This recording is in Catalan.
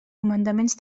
comandaments